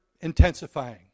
intensifying